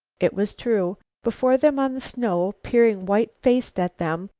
it was true. before them on the snow, peering white-faced at them,